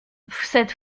cette